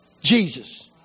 Jesus